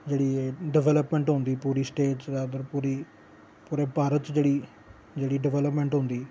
जेह्ड़ी एह् डैवलपमैं होंदी पूरी स्टेट च अगर पूरी पूरे भारत च जेह्ड़ी डैवलपमैंट होंदी